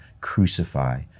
crucify